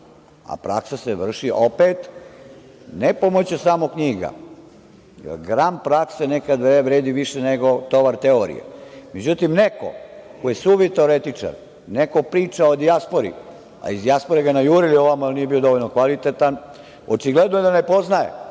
a praksa se vrši, opet, ne samo pomoću knjiga, gram prakse nekad vredi više nego tovar teorije. Međutim, neko ko je suvi teoretičar, neko priča o dijaspori a iz dijaspore ga najurili ovamo jer nije bio dovoljno kvalitetan, očigledno je da ne poznaje